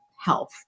health